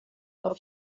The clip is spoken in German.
auf